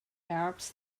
arabs